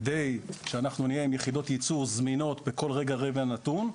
על מנת שאנחנו נהיה עם יחידות ייצור זמינות בכל רגע ורגע נתון,